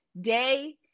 day